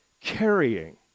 carrying